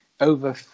Over